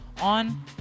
on